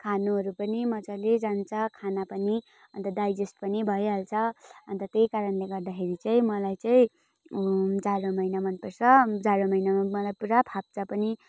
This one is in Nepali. खानुहरू पनि मजाले जान्छ खाना पनि अन्त डाइजेस्ट पनि भइहाल्छ अन्त त्यही कारणले गर्दा चाहिँ मलाई चाहिँ जाडो महिना मन पर्छ जाडो महिनामा मलाई पुरा फाप्छ पनि